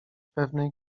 pewnej